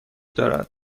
دارد